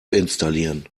installieren